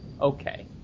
Okay